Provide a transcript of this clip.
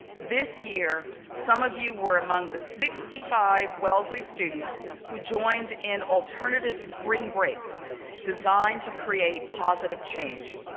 this year, some of you were among the sixty five wellesley students who joined in alternative spring breaks designed to create positive change.